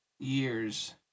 Years